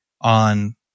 on